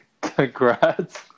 congrats